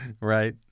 Right